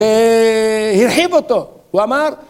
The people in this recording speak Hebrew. ‫הרחיב אותו ואמר...